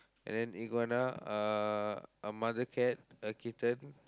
and then iguana uh a mother cat a kitten